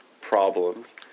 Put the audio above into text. problems